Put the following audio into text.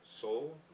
soul